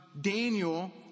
Daniel